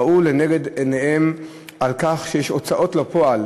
ראו לנגד עיניהם שיש הוצאות לפועל